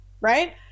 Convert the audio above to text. right